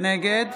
נגד